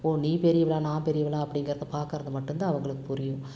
ஓ நீ பெரியவளா நான் பெரியவளா அப்டிங்கிறத பார்க்கறது மட்டுந்தான் அவங்களுக்குப் புரியும்